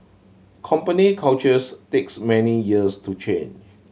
company cultures takes many years to change